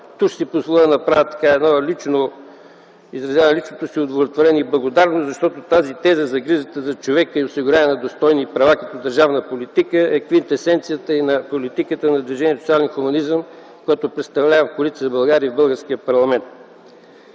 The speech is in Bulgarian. Тук ще си позволя да изразя личното си удовлетворение и благодарност, защото тази теза за грижата за човека и осигуряване на достойни права като държавна политика е квинтесенцията на политиката на движението „Социален хуманизъм”, което представлявам в Коалиция за България и българския парламент.